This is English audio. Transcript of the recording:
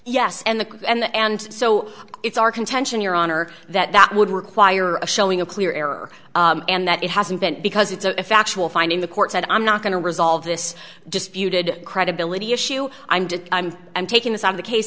yes and the and and so it's our contention your honor that would require a showing a clear error and that it hasn't been because it's a factual finding the court said i'm not going to resolve this disputed credibility issue i'm did i'm taking this on the case